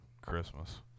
Christmas